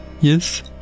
Yes